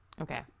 Okay